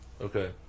Okay